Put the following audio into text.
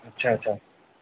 अच्छा अच्छा